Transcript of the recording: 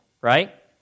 right